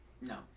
No